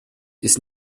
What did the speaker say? ist